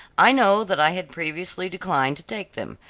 i know that i had previously declined to take them.